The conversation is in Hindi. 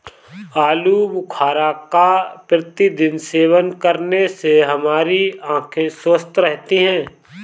आलू बुखारा का प्रतिदिन सेवन करने से हमारी आंखें स्वस्थ रहती है